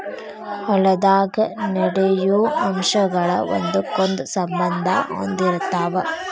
ಹೊಲದಾಗ ನಡೆಯು ಅಂಶಗಳ ಒಂದಕ್ಕೊಂದ ಸಂಬಂದಾ ಹೊಂದಿರತಾವ